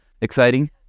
exciting